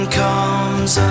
comes